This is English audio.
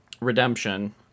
redemption